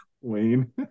wayne